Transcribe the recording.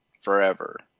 Forever